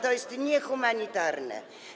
To jest niehumanitarne.